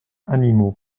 animaux